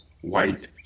white